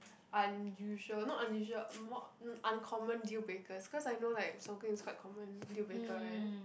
unusual not unusual more n~ uncommon deal breakers cause I know like smoking is quite common dealbreaker right